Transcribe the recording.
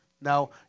Now